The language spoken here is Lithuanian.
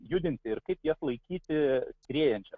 judinti ir kaip jas laikyti skriejančias